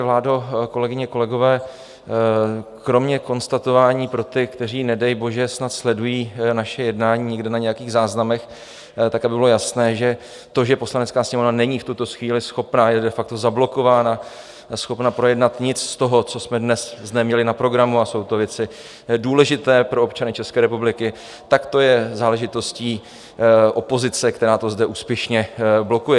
Vládo, kolegyně, kolegové, kromě konstatování pro ty, kteří nedej bože snad sledují naše jednání někde na nějakých záznamech, tak aby bylo jasné, že to, že Poslanecká sněmovna není v tuto chvíli schopna a je de facto zablokována schopna projednat nic z toho, co jsme dnes zde měli na programu, a jsou to věci důležité pro občany České republiky, tak to je záležitostí opozice, která to zde úspěšně blokuje.